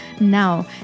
Now